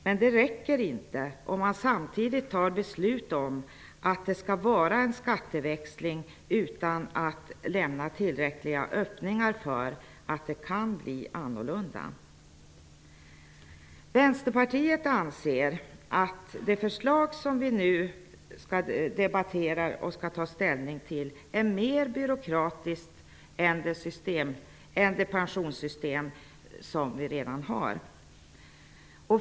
Men det räcker inte att fatta beslut om att det skall finnas en skatteväxling om man inte lämnar tillräckliga öppningar för att det skulle kunna göras annorlunda. Vänsterpartiet anser att det förslag som vi nu skall debattera om och ta ställning till är mer byråkratiskt än det pensionssystem som vi redan har.